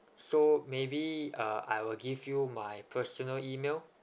so maybe uh I will give you my personal email